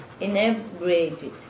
inebriated